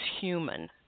human